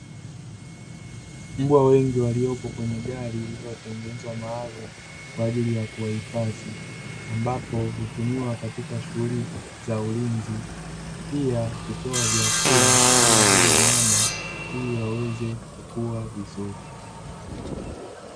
Mbwa wengi waliopo kwenye gari lililotengenezwa maalumu kwa ajili ya kuwahifadhi, ambapo hutumiwa katika shughuli za ulinzi. Pia, hupewa vyakula kama vile nyama ili waweze kukua vizuri.